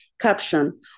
Caption